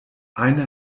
einer